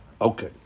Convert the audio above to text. Okay